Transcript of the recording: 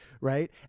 right